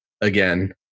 again